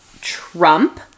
Trump